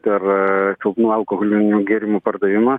per silpnų alkoholinių gėrimų pardavimą